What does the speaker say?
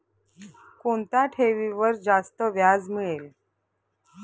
कोणत्या ठेवीवर जास्त व्याज मिळेल?